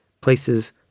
Places